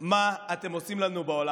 מה אתם עושים לנו בעולם.